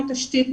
תשתית,